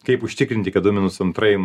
kaip užtikrinti kad duomenų centrai